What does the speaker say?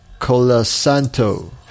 Colasanto